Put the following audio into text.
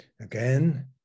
again